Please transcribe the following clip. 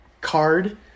card